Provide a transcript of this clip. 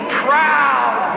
proud